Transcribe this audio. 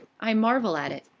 i marvel at it.